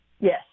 Yes